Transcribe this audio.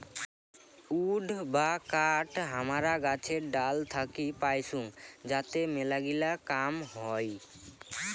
would বা কাঠ হামারা গাছের ডাল থাকি পাইচুঙ যাতে মেলাগিলা কাম হই